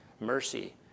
mercy